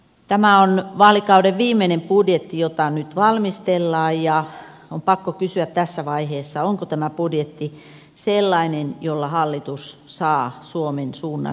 tämä on vaalikauden viimeinen budjetti jota nyt valmistellaan ja on pakko kysyä tässä vaiheessa onko tämä budjetti sellainen jolla hallitus saa suomen suunnan muutettua